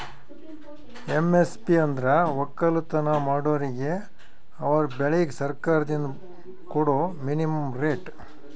MSP ಅಂದ್ರ ವಕ್ಕಲತನ್ ಮಾಡೋರಿಗ ಅವರ್ ಬೆಳಿಗ್ ಸರ್ಕಾರ್ದಿಂದ್ ಕೊಡಾ ಮಿನಿಮಂ ರೇಟ್